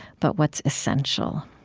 but what's essential.